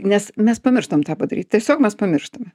nes mes pamirštam tą padaryti tiesiog mes pamirštame